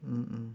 mm mm